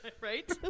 Right